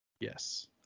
yes